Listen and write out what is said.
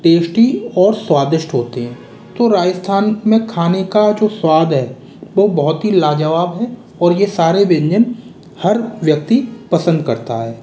tasty और स्वादिष्ट होते है तो राजस्थान में खाने का जो स्वाद है वो बहुत ही लाजवाब है और यह सारे व्यंजन हर व्यक्ति पसंद करता है